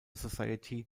society